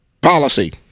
Policy